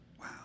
Wow